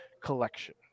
collection